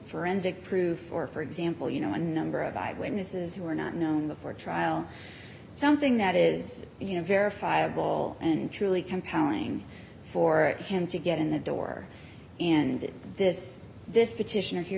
forensic proof or for example you know a number of eyewitnesses who were not known before trial something that is you know verifiable and truly compelling for him to get in the door and this this petitioner